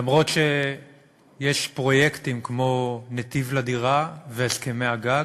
למרות שיש פרויקטים כמו "נתיב לדירה" ו"הסכמי הגג",